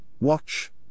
watch